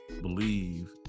believe